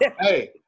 Hey